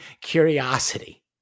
curiosity